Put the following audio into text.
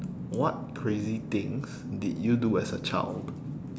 what crazy things did you do as a child